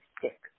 stick